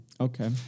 Okay